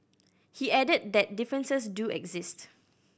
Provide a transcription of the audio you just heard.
he added that differences do exist